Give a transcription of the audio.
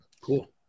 Cool